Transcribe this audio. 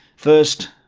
first,